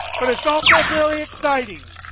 but it's also very exciting.